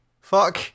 Fuck